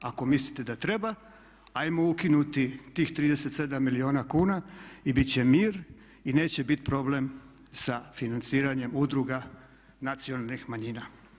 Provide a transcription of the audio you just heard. Ako mislite da treba ajmo ukinuti tih 37 milijuna kuna i bit će mir i neće biti problem sa financiranjem udruga nacionalnih manjina.